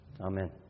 Amen